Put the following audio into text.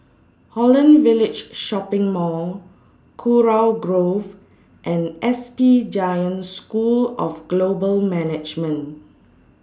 Holland Village Shopping Mall Kurau Grove and S P Jain School of Global Management